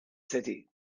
city